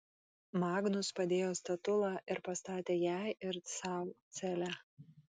magnus padėjo statulą ir pastatė jai ir sau celę